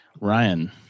Ryan